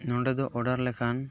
ᱱᱚᱰᱮᱫᱚ ᱚᱰᱟᱨ ᱞᱮᱠᱷᱟᱱ